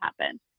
happen